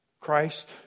Christ